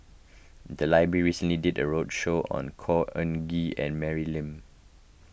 the library recently did a roadshow on Khor Ean Ghee and Mary Lim